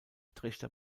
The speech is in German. trichter